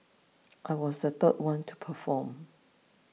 I was the third one to perform